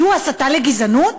זו הסתה לגזענות?